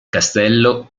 castello